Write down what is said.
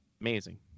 amazing